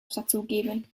dazugeben